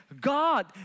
God